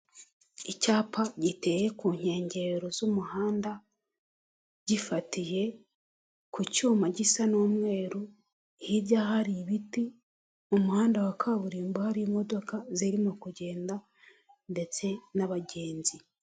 Icyapa giteye ku nkengero z'umuhanda gifatiye ku cyuma gisa n'umweru hirya hari ibiti, umuhanda wa kaburimbo hari imodoka zirimo kugenda ndetse n'abagenzi.